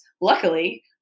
luckily